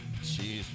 Jeez